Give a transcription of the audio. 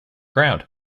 ground